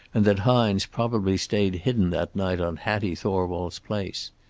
and that hines probably stayed hidden that night on hattie thorwald's place.